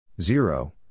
Zero